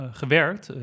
gewerkt